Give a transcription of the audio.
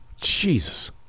Jesus